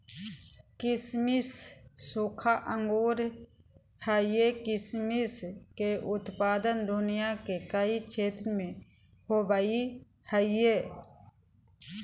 किसमिस सूखा अंगूर हइ किसमिस के उत्पादन दुनिया के कई क्षेत्र में होबैय हइ